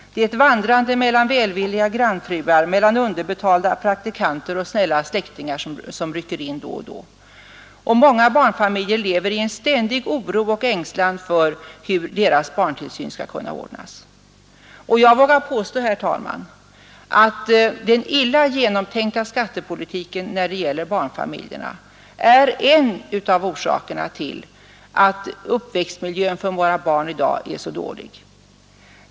Det är ett vandrande mellan välvilliga grannfruar, underbetalda praktikanter och snälla släktingar som rycker in då och då, och många barnfamiljer lever i en ständig oro och ängslan för hur deras barntillsyn skall kunna ordnas. Jag vågar påstå, herr talman, att den illa genomtänkta skattepolitiken när det gäller barnfamiljerna är en av orsakerna till att uppväxtmiljön för våra barn i dag är så dålig.